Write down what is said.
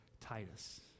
Titus